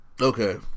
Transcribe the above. Okay